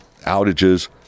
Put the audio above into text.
outages